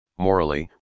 morally